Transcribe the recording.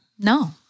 No